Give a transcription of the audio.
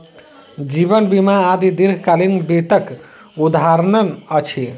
जीवन बीमा आदि दीर्घकालीन वित्तक उदहारण अछि